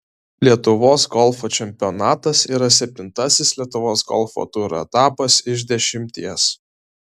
lietuvos golfo čempionatas yra septintasis lietuvos golfo turo etapas iš dešimties